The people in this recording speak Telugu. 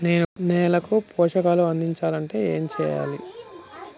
నేలకు పోషకాలు అందించాలి అంటే ఏం చెయ్యాలి?